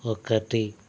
ఒకటి